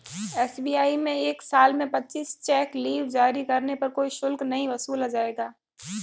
SBI में एक साल में पच्चीस चेक लीव जारी करने पर कोई शुल्क नहीं वसूला जाएगा